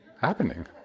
happening